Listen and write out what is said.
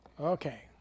Okay